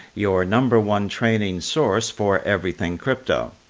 your number one training source for everything crypto.